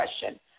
question